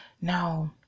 no